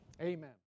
Amen